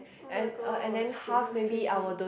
oh-my-god goodness crazy